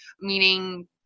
meaning